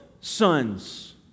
sons